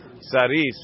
Saris